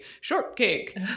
shortcake